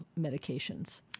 medications